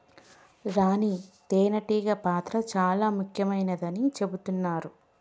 రాణి తేనే టీగ పాత్ర చాల ముఖ్యమైనదని చెబుతున్నరు